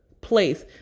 place